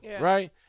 right